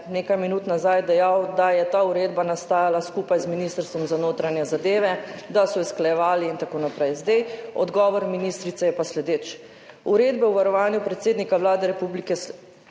nekaj minut nazaj dejal, da je ta uredba nastajala skupaj z Ministrstvom za notranje zadeve, da so jo usklajevali in tako naprej. Odgovor ministrice je pa sledeč: »Uredbe o varovanju predsednika Vlade Republike